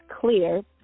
clear